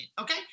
Okay